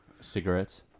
cigarettes